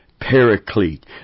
paraclete